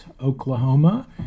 Oklahoma